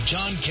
John